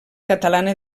catalana